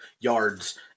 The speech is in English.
yards